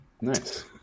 Nice